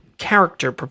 character